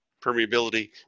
permeability